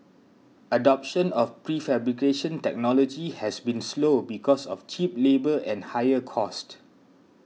adoption of prefabrication technology has been slow because of cheap labour and higher cost